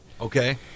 Okay